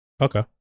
Okay